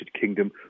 Kingdom